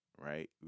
right